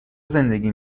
زندگی